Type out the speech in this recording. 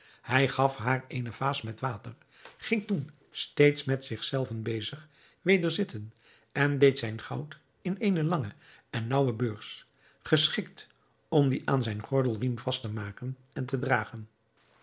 hij gaf haar eene vaas met water ging toen steeds met zich zelven bezig weder zitten en deed zijn goud in eene lange en naauwe beurs geschikt om die aan zijn gordelriem vast te maken en te dragen